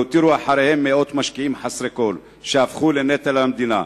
והותירו אחריהם מאות משקיעים חסרי כול שהפכו לנטל על המדינה.